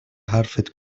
حرفت